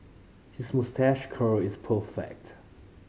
his moustache curl is perfect